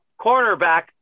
cornerback